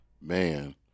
man